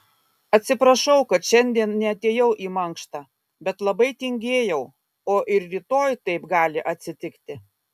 atsiprašau kad šiandien neatėjau į mankštą bet labai tingėjau o ir rytoj taip gali atsitikti